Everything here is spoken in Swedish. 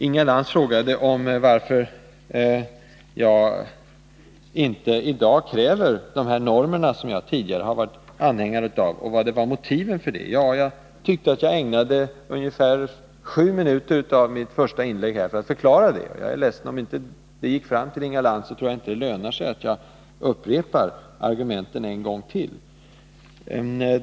Inga Lantz frågade om motiven för att jag inte i dag kräver de normer som jag tidigare har varit anhängare av. Jag tyckte att jag ägnade ungefär sju minuter av mitt första inlägg åt att förklara det, och om det inte gick fram till Inga Lantz tror jag inte att det lönar sig att redovisa argumenten en gång till.